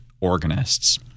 organists